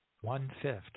One-fifth